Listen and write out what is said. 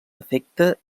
efecte